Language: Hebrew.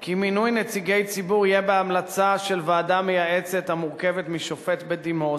כי מינוי נציגי ציבור יהיה בהמלצה של ועדה מייעצת המורכבת משופט בדימוס,